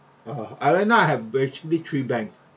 uh I right now I have actually three bank